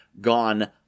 gone